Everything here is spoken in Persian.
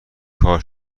کار